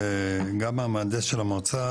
גם המהנדס של המועצה,